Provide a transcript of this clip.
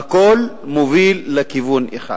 והכול מוביל לכיוון אחד.